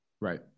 Right